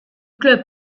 club